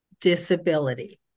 disability